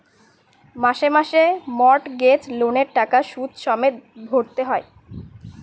মাসে মাসে মর্টগেজ লোনের টাকা সুদ সমেত ভরতে হয়